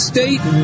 State